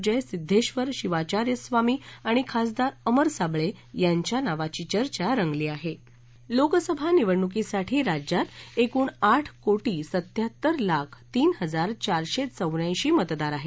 जयसिध्देश्वर शिवाचार्य स्वामी आणि खासदार अमर साबळे यांच्या नावाची चर्चा रंगली आहे लोकसभा निवडणुकीसाठी राज्यात एकूण आठ कोटी सत्त्याहत्तर लाख तीन हजार चारशे चौऱ्याऐशी मतदार आहेत